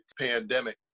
pandemic